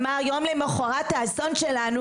יום למחרת האסון שלנו